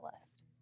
list